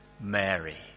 Mary